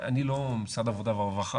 אני לא משרד העבודה והרווחה,